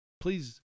Please